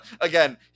again